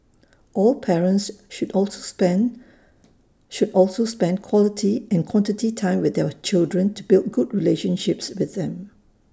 all parents should also spend should also spend quality and quantity time with their children to build good relationships with them